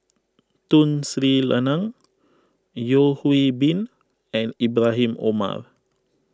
Tun Sri Lanang Yeo Hwee Bin and Ibrahim Omar